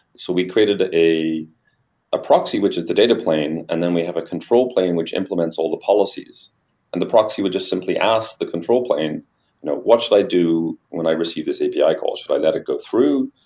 so we created ah a proxy, which is the data planning, and then we have a control plane, which implements all the policies and the proxy would just simply ask the control plane, now what should i do when i receive this api call? should i let it go through?